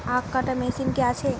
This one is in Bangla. আখ কাটা মেশিন কি আছে?